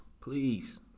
Please